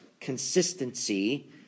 consistency